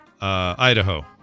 Idaho